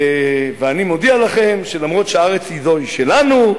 ואני מודיע לכם שאף שהארץ הזאת היא שלנו,